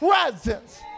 presence